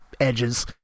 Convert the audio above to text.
edges